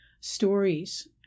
stories